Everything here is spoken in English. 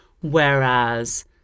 whereas